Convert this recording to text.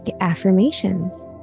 affirmations